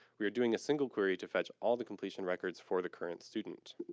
we're doing a single query to fetch all the completion records for the current student,